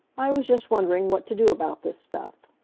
i was just wondering what to do about this stuff.